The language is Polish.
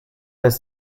jest